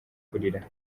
kurira